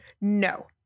No